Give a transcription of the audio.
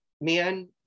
man